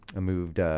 moved.